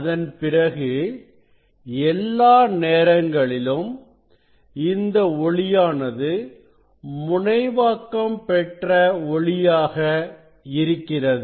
அதன் பிறகு எல்லா நேரங்களிலும் இந்த ஒளியானது முனைவாக்கம் பெற்ற ஒளியாக இருக்கிறது